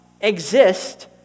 exist